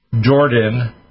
Jordan